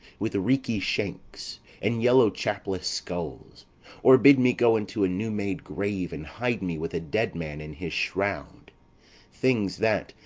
with reeky shanks and yellow chapless skulls or bid me go into a new-made grave and hide me with a dead man in his shroud things that,